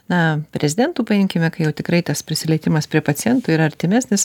na rezidentų paimkime kai jau tikrai tas prisilietimas prie pacientų yra artimesnis